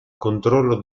controllo